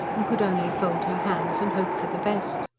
and could only fold her hands and hope for the best.